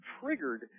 triggered